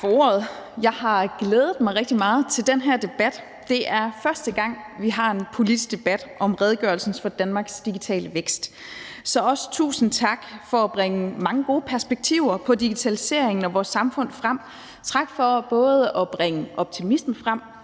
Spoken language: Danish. ordet. Jeg har glædet mig rigtig meget til den her debat. Det er første gang, vi har en politisk debat om redegørelsen for Danmarks digitale vækst, så jeg vil også sige tusind tak for at bringe mange gode perspektiver på digitaliseringen af vores samfund frem. Tak for både at bringe optimismen frem,